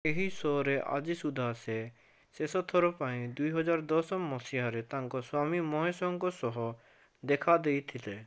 ଏହି ଶୋରେ ଆଜି ସୁଦ୍ଧା ସେ ଶେଷ ଥର ପାଇଁ ଦୁଇହଜାର ଦଶ ମସିହାରେ ତାଙ୍କ ସ୍ୱାମୀ ମହେଶଙ୍କ ସହ ଦେଖାଦେଇଥିଲେ